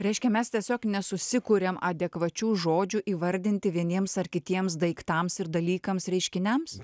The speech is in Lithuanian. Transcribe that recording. reiškia mes tiesiog nesusikuriam adekvačių žodžių įvardinti vieniems ar kitiems daiktams ir dalykams reiškiniams